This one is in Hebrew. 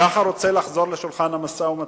ככה רוצה לחזור לשולחן המשא-ומתן?